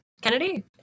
Kennedy